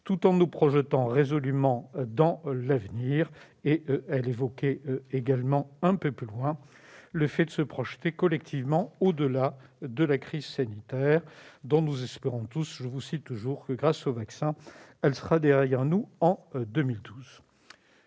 tout en nous projetant résolument dans l'avenir. » Elle évoquait également un peu plus loin la nécessité de se « projeter collectivement au-delà de la crise sanitaire- dont nous espérons tous que, grâce au vaccin, elle sera derrière nous en 2022